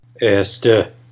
Esther